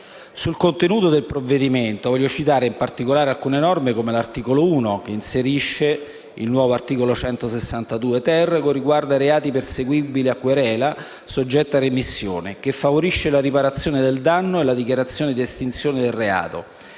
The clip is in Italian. al contenuto del provvedimento, voglio citare in particolare alcune norme come l'articolo 1, che inserisce il nuovo articolo 162-*ter* del codice penale, che riguarda i reati perseguibili a querela soggetta a remissione, che favorisce la riparazione del danno e la dichiarazione di estinzione del reato.